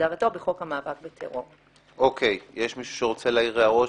כהגדרתו בחוק המאבק בטרור."" יש מישהו שרוצה להעיר הערות,